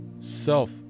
self